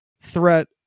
threat